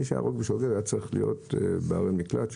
מי שהרג בשוגג היה צריך להיות בהרי מקלט,